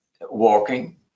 walking